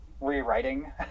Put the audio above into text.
rewriting